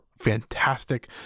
fantastic